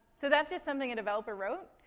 so that's just something a developer wrote.